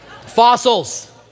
Fossils